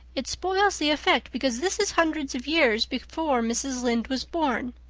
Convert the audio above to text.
it spoils the effect because this is hundreds of years before mrs. lynde was born.